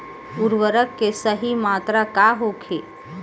उर्वरक के सही मात्रा का होखे?